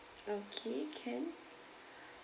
okay can